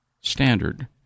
standard